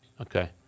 okay